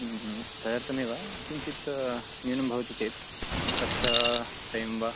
ह्म् ह्म् तदर्थमेव किञ्चित् न्यूनं भवति चेत् कक्षा त्रयं वा